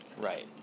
Right